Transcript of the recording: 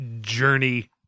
journey